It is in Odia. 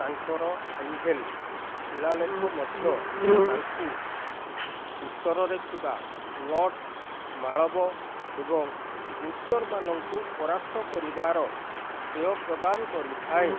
ତାଙ୍କର ଆଇହେଲ୍ ଶିଳାଲେଖ ମଧ୍ୟ ତାଙ୍କୁ ଉତ୍ତରରେ ଥିବା ଲଟ ମାଳବ ଏବଂ ଗୁର୍ଜରମାନଙ୍କୁ ପରାସ୍ତ କରିବାର ଶ୍ରେୟ ପ୍ରଦାନ କରିଥାଏ